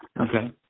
Okay